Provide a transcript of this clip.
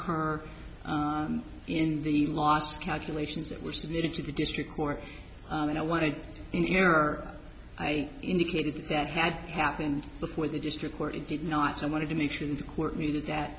occur in the last calculations that were submitted to the district court and i wanted an error i indicated that had happened before the district court did not so i wanted to make sure that the court knew that that